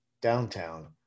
downtown